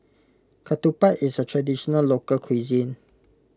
Ketupat is a Traditional Local Cuisine